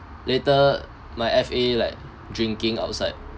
later my F_A like drinking outside